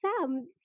sam